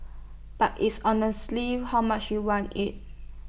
but it's honestly how much you want IT